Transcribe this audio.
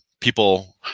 people